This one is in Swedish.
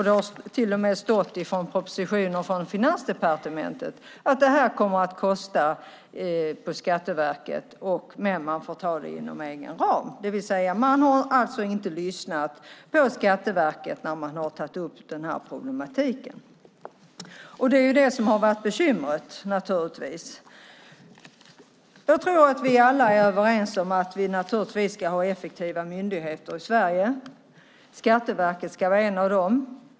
Det har till och med stått i propositioner från Finansdepartementet att detta kommer att kosta för Skatteverket, men att man får ta det inom egen ram. Man har alltså inte lyssnat på Skatteverket när man har tagit upp den här problematiken. Det är naturligtvis det som är bekymret. Jag tror att vi alla är överens om att vi ska ha effektiva myndigheter i Sverige. Skatteverket ska vara en av dem.